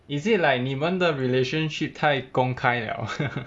is it like 你们的 relationship 太公开了呵呵